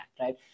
right